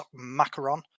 macaron